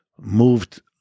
moved